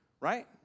right